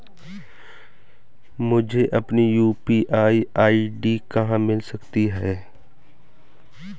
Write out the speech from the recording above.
मुझे अपनी UPI ID कहां मिल सकती है?